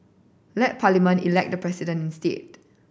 let Parliament elect the president instead